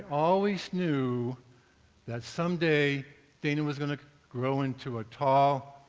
always knew that some day dana was going to grow into a tall,